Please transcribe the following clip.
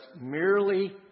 merely